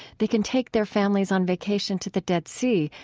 they can take their families on vacation to the dead sea,